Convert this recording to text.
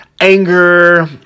anger